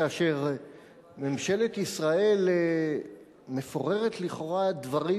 כאשר ממשלת ישראל מפוררת לכאורה דברים